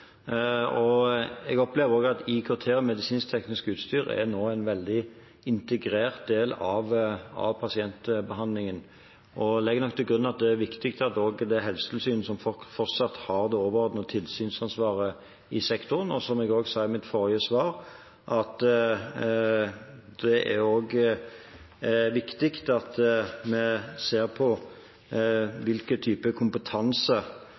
Jeg opplever at IKT og medisinsk-teknisk utstyr nå er en integrert del av pasientbehandlingen, og legger nok til grunn at det er viktig at det er Helsetilsynet som fortsatt har det overordnede tilsynsansvaret i sektoren. Som jeg sa i mitt forrige svar: Det er viktig at vi ser på hvilken type kompetanse